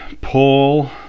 Paul